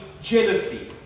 jealousy